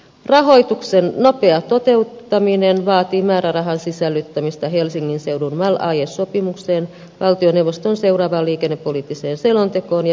rahoituksen nopea toteuttaminen vaatii määrärahan sisällyttämistä helsingin seudun mal aiesopimukseen valtioneuvoston seuraavaan liikennepoliittiseen selontekoon ja valtion talousarvioon